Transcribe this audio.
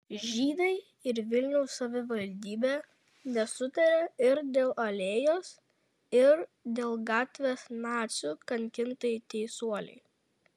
žydai ir vilniaus savivaldybė nesutaria ir dėl alėjos ir dėl gatvės nacių kankintai teisuolei